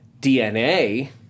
DNA